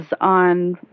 on